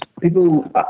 People